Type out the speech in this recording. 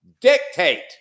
dictate